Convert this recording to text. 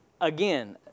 again